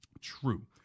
true